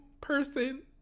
person